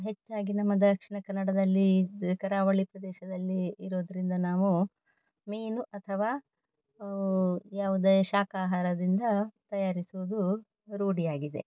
ಹೆಚ್ಚಾಗಿ ನಮ್ಮ ದಕ್ಷಿಣ ಕನ್ನಡದಲ್ಲಿ ಕರಾವಳಿ ಪ್ರದೇಶದಲ್ಲಿ ಇರೋದರಿಂದ ನಾವು ಮೀನು ಅಥವಾ ಯಾವುದೇ ಶಾಖಾಹಾರದಿಂದ ತಯಾರಿಸುವುದು ರೂಢಿಯಾಗಿದೆ